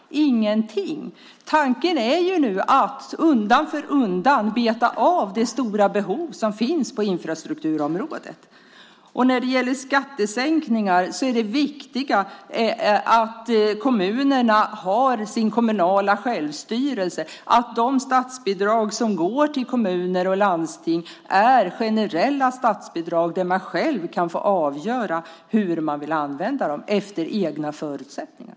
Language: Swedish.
Ingenting. Tanken är nu att man undan för undan ska beta av när det gäller det stora behov som finns på infrastrukturområdet. När det gäller skattesänkningar är det viktiga att kommunerna har sin kommunala självstyrelse, att de statsbidrag som går till kommuner och landsting är generella statsbidrag, så att de själva kan få avgöra hur de vill använda dem, efter sina egna förutsättningar.